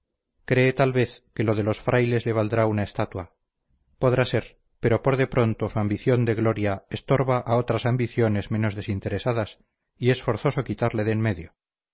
cree tal vez que lo de los frailes le valdrá una estatua podrá ser pero por de pronto su ambición de gloria estorba a otras ambiciones menos desinteresadas y es forzoso quitarle de en medio